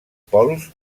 pols